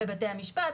בבתי המשפט.